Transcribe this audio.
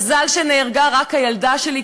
מזל שנהרגה רק הילדה שלי,